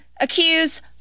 accuse